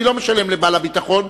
אני לא משלם לשומר,